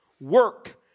work